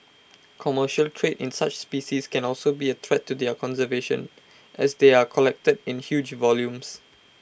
commercial trade in such species can also be A threat to their conservation as they are collected in huge volumes